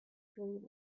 dream